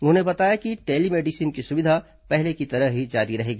उन्होंने बताया कि टेलीमेडिसीन की सुविधा पहले की तरह जारी रहेगी